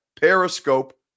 Periscope